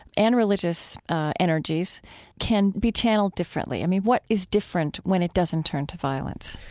and religious energies can be channeled differently? i mean, what is different when it doesn't turn to violence?